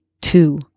two